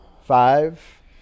Five